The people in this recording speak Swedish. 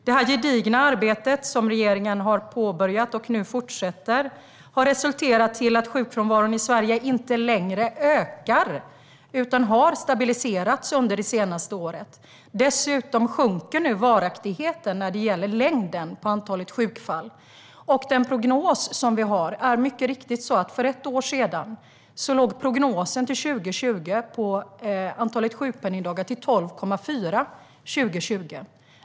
Detta gedigna arbete, som regeringen har påbörjat och nu fortsätter, har resulterat i att sjukfrånvaron i Sverige inte längre ökar utan har stabiliserats under det senaste året. Dessutom sjunker nu varaktigheten när det gäller längden på sjukfallen. För ett år sedan låg prognosen för antalet sjukpenningdagar år 2020 på 12,4.